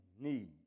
need